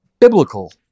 Biblical